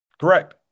Correct